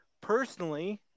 personally